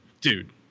dude